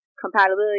compatibility